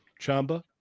chamba